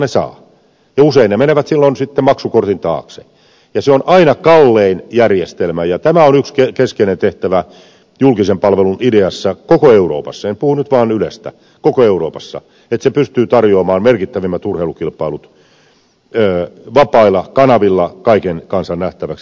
usein ne menevät silloin sitten maksukortin taakse ja se on aina kallein järjestelmä ja tämä on yksi keskeinen tehtävä julkisen palvelun ideassa koko euroopassa en puhu nyt vaan ylestä vaan koko euroopassa että se pystyy tarjoamaan merkittävimmät urheilukilpailut vapailla kanavilla kaiken kansan nähtäväksi